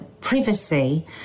privacy